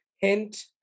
hint